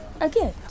again